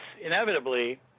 inevitably